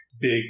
big